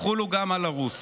יחולו גם על ארוס.